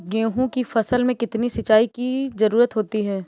गेहूँ की फसल में कितनी सिंचाई की जरूरत होती है?